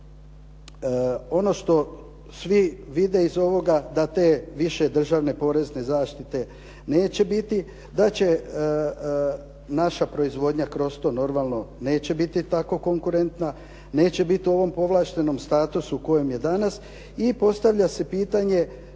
ono što svi vide iz ovoga da te više državne porezne zaštite neće biti. Da će naša proizvodnja kroz to normalno neće biti tako konkurentna, neće biti u ovom povlaštenom statusu u kojem je i postavlja se pitanje